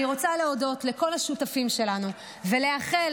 אני רוצה להודות לכל השותפים שלנו, וגם לאחל